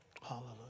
Hallelujah